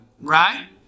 right